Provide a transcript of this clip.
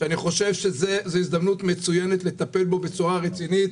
אני חושב שזו הזדמנות מצוינת לטפל בו בצורה רצינית,